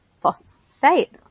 phosphate